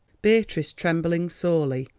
beatrice, trembling sorely,